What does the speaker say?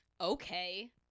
okay